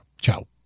Ciao